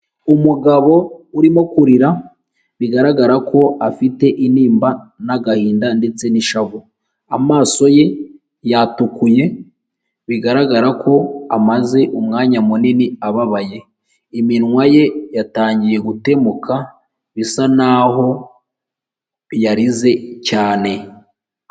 Umugabo urimo kurira bigaragara ko afite intimba n'agahinda ndetse n'ishavu, amaso ye yatukuye bigaragara ko amaze umwanya munini ababaye, iminwa ye yatangiye gutemuka bisa naho yarize cyane.